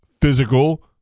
Physical